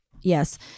Yes